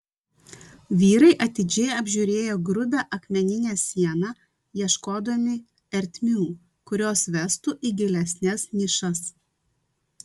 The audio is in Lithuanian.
vyrai atidžiai apžiūrėjo grubią akmeninę sieną ieškodami ertmių kurios vestų į gilesnes nišas